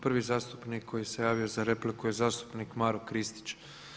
Prvi zastupnik koji se javio za repliku je zastupnik Maro Kristić.